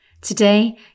Today